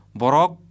borok